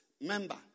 member